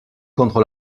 contre